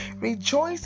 Rejoice